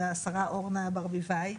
לשרה אורנה ברביבאי,